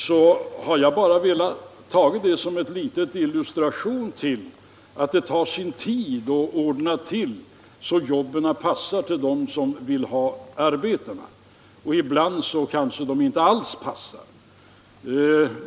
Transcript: Jag har bara velat ta det som en liten illustration till att det tar sin tid att ordna det så att jobben passar till dem som vill ha sådana — ibland kanske de inte alls passar.